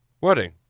wedding